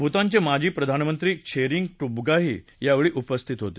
भूतानचे माजी प्रधानमंत्री त्शेरिंग टोब्गीही यावेळी उपस्थित होते